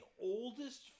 oldest